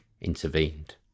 intervened